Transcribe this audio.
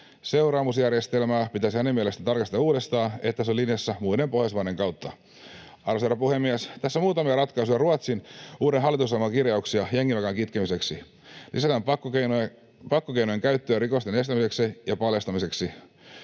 Seuraamusjärjestelmää pitäisi hänen mielestään tarkastella uudestaan niin, että se on linjassa muiden Pohjoismaiden kanssa. Arvoisa herra puhemies! Tässä muutamia ratkaisuja, Ruotsin uuden hallitusohjelman kirjauksia jengiväkivallan kitkemiseksi: Lisätään pakkokeinojen käyttöä rikosten estämiseksi ja paljastamiseksi.